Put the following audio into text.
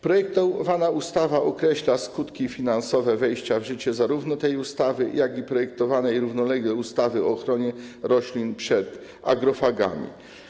Projektowana ustawa określa skutki finansowe wejścia w życie zarówno tej ustawy, jak i projektowanej równolegle ustawy o ochronie roślin przed agrofagami.